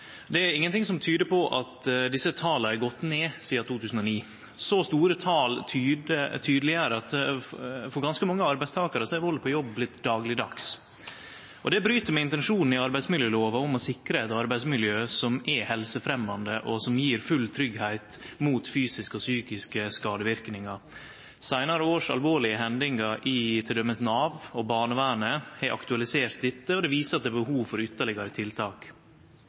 det siste året. Det er ingenting som tyder på at desse tala har gått ned sidan 2009. Så store tal tydeleggjer at for ganske mange arbeidstakarar er vald på jobb vorten daglegdags. Det bryt med intensjonen i arbeidsmiljølova om å sikre eit arbeidsmiljø som er helsefremjande, og som gjev full tryggleik mot fysiske og psykiske skadeverknader. Seinare års alvorlege hendingar i t.d. Nav og barnevernet har aktualisert dette, og det viser at det er behov for